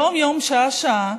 יום-יום, שעה-שעה,